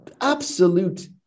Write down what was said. absolute